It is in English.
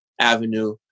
Avenue